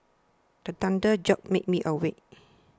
the thunder jolt make me awake